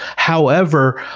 however,